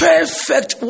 perfect